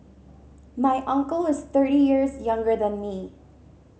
my uncle is thirty years younger than me